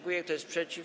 Kto jest przeciw?